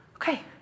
okay